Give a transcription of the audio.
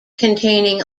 containing